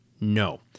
No